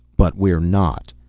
but we're not.